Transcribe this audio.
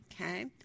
okay